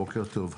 (הצגת מצגת)